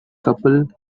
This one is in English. couple